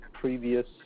previous